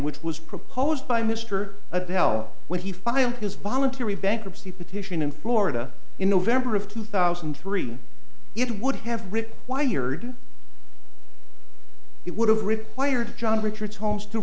which was proposed by mr adele when he filed his voluntary bankruptcy petition in florida in november of two thousand and three it would have ripped wired it would have required john richard's homes to